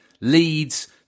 leads